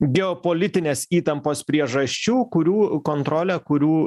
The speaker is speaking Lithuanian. geopolitinės įtampos priežasčių kurių kontrolė kurių